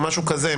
או משהו כזה.